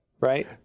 Right